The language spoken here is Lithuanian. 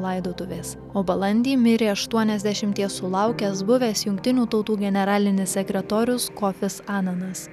laidotuvės o balandį mirė aštuoniasdešimties sulaukęs buvęs jungtinių tautų generalinis sekretorius kofis ananas